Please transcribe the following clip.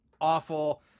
awful